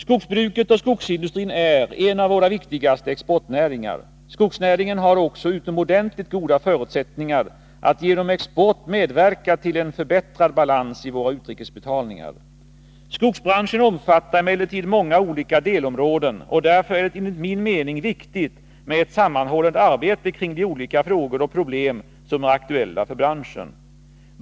Skogsbruket och skogsindustrin är en av våra viktigaste exportnäringar. Skogsnäringen har också utomordentligt goda förutsättningar att genom export medverka till en förbättrad balans i våra utrikesbetalningar. Skogsbranschen omfattar emellertid många olika delområden, och därför är det enligt min mening viktigt med ett sammanhållet arbete kring de olika frågor och problem som är aktuella för branschen.